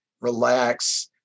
relax